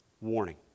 warning